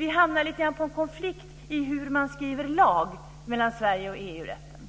Vi hamnar lite grann i konflikt om hur man skriver lag i Sverige och i EU-rätten.